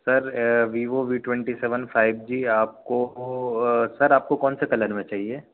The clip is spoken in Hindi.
sir Vivo V twenty seven five G आप को सर आपको कौन से कलर में चाहिए